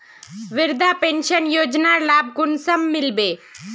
वृद्धा पेंशन योजनार लाभ कुंसम मिलबे?